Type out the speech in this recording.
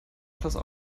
klasse